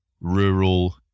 rural